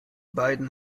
beiden